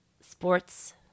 sports